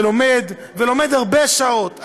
שלומד ולומד הרבה שעות,